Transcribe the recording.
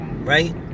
Right